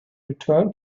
return